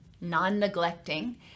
non-neglecting